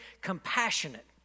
compassionate